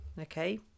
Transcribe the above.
okay